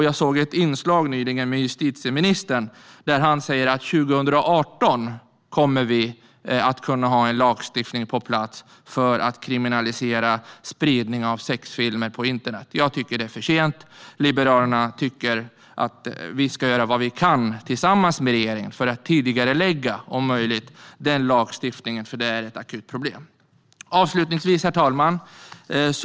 Jag såg nyligen ett inslag med justitieministern där han sa att det kommer att finnas en lagstiftning på plats 2018 för att kriminalisera spridning av sexfilmer på internet. Jag tycker att det är för sent. Liberalerna tycker att vi ska göra vad vi kan tillsammans med regeringen för att om möjligt tidigarelägga den lagstiftningen. Problemet är akut. Herr talman!